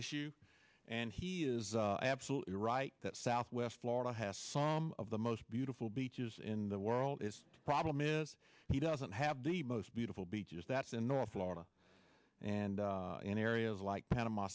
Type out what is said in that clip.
issue and he is absolutely right that southwest florida has some of the most beautiful beaches in the world is problem is he doesn't have the most beautiful beaches that's in north florida and in areas like panama